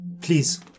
Please